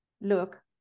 Look